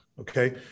okay